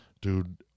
Dude